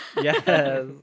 yes